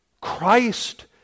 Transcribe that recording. Christ